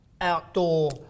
outdoor